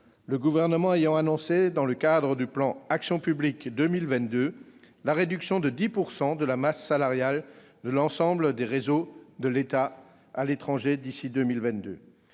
le Gouvernement ayant annoncé dans le cadre du plan Action publique 2022 la réduction de 10 % de la masse salariale de l'ensemble des réseaux de l'État à l'étranger d'ici à 2022